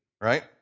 right